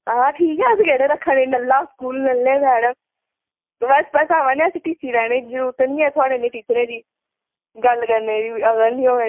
आं अस केह्ड़े रक्खा नै नल्ला स्कूल नल्ले मैडम अस आवा नै असेंगी टीसी लैने दी कोई जरूरत निं ऐ थोह्ड़े जेह् टीचरें दी गल्ल करने दी अकल निं होऐ